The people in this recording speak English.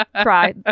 Try